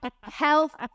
health